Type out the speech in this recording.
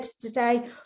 today